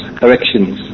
corrections